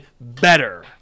better